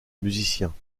musiciens